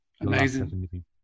Amazing